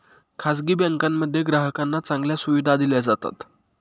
खासगी बँकांमध्ये ग्राहकांना चांगल्या सुविधा दिल्या जातात